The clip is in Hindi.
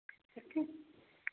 रखें